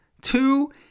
Two